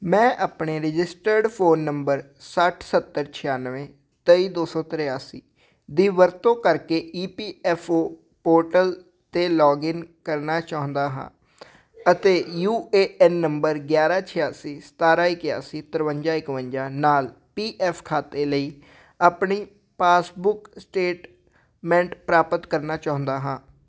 ਮੈਂ ਆਪਣੇ registered phone number ਸੱਠ ਸੱਤਰ ਛਿਆਨਵੇਂ ਤੇਈ ਦੋ ਸੌ ਤਰਿਆਸੀ ਦੀ ਵਰਤੋਂ ਕਰਕੇ E P F O portal 'ਤੇ ਲੌਗਇਨ ਕਰਨਾ ਚਾਹੁੰਦਾ ਹਾਂ ਅਤੇ ਯੂ ਏ ਐਨ ਨੰਬਰ ਗਿਆਰਾਂ ਛਿਆਸੀ ਸਤਾਰਾਂ ਇਕਆਸੀ ਤਰਵੰਜਾ ਇਕਵੰਜਾ ਨਾਲ ਪੀ ਐਫ ਖਾਤੇ ਲਈ ਆਪਣੀ ਪਾਸਬੁੱਕ ਸਟੇਟਮੈਂਟ ਪ੍ਰਾਪਤ ਕਰਨਾ ਚਾਹੁੰਦਾ ਹਾਂ